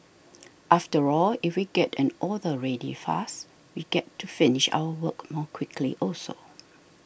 after all if we get an order ready fast we get to finish our work more quickly also